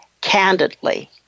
candidly